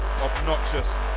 Obnoxious